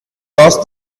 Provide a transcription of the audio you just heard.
lost